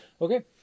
Okay